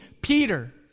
Peter